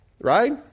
Right